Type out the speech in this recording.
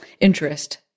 interest